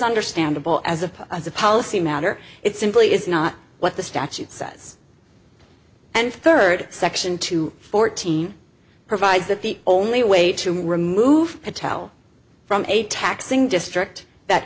understandable as a policy matter it simply is not what the statute says and third section two fourteen provides that the only way to remove a tell from a taxing district that